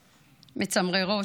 מצמררות.